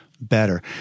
better